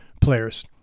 players